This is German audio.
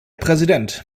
präsident